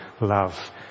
love